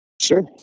sure